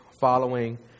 following